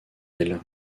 elle